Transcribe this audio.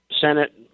Senate